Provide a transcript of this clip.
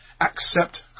Accept